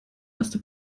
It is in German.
erste